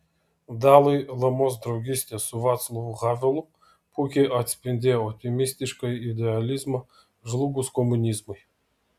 dalai lamos draugystė su vaclavu havelu puikiai atspindėjo optimistišką idealizmą žlugus komunizmui